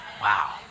Wow